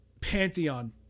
pantheon